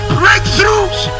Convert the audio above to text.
breakthroughs